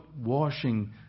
washing